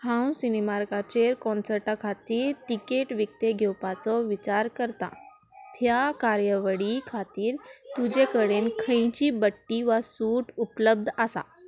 हांव सिनेमार्गाचेर कॉन्सर्टा खातीर टिकेट विकतें घेवपाचो विचार करतां त्या कार्यावळी खातीर तुजे कडेन खंयची बडटी वा सूट उपलब्ध आसा